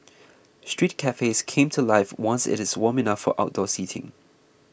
street cafes came to life once it is warm enough for outdoor seating